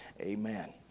amen